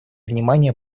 внимания